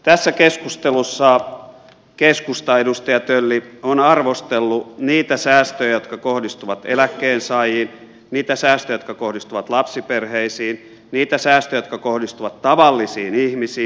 tässä keskustelussa keskustan edustaja tölli on arvostellut niitä säästöjä jotka kohdistuvat eläkkeensaajiin niitä säästöjä jotka kohdistuvat lapsiperheisiin niitä säästöjä jotka kohdistuvat tavallisiin ihmisiin